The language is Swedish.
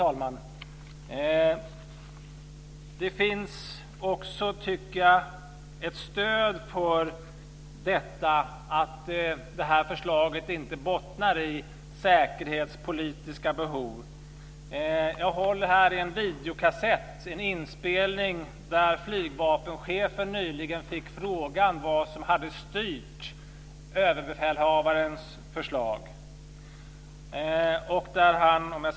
Jag tycker också att det finns ett stöd för att det här förslaget inte bottnar i säkerhetspolitiska behov. Jag håller här i en videokassett. Det är en inspelning där flygvapenchefen nyligen fick frågan vad som hade styrt överbefälhavarens förslag.